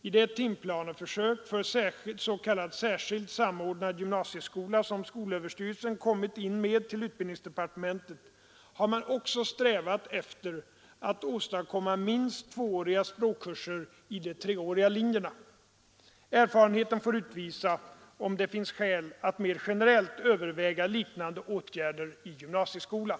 I det timplaneförslag för s.k. särskild samordnad gymnasieskola som skolöverstyrelsen kommit in med till utbildningsdepartementet har man också strävat efter att åstadkomma minst tvååriga språkkurser i de treåriga linjerna. Erfarenheten får utvisa om det finns skäl att mer generellt överväga liknande åtgärder i gymnasieskolan.